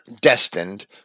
destined